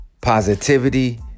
positivity